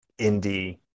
indie